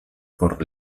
por